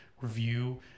review